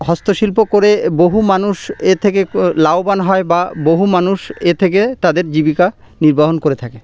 হস্তশিল্প করে বহু মানুষ এর থেকে লাভবান হয় বা বহু মানুষ এ থেকে তাদের জীবিকা নির্বাহন করে থাকে